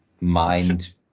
mind